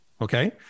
Okay